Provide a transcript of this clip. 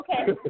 Okay